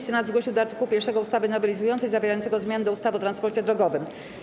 Senat zgłosił do art. 1 ustawy nowelizującej, zawierającego zmiany do ustawy o transporcie drogowym.